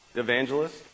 Evangelist